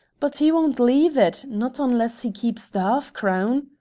but e won't leave it, not unless he keeps the arf-crown.